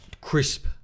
crisp